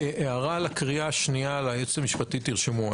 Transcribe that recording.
הערה לקריאה שנייה לייעוץ המשפטי, תרשמו.